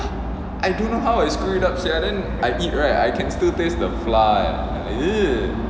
I don't know how I screw it up sia then I eat right I can still the taste the flour eh